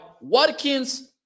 Watkins